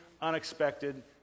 unexpected